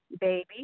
baby